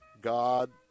God